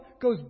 goes